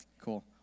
Cool